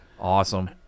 Awesome